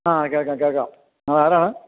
ആ കേൾക്കാം കേൾക്കാം ആരാ